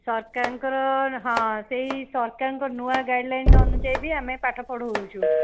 ସରକାରଙ୍କର ହଁ ସେଇ ସରକାରଙ୍କ ନୂଆ ଗାଇଡ଼ଲାଇନ୍ ଅନୁଯାୟୀ ବି ଆମେ ପାଠପଢ଼ାଉଛୁ